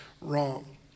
wrong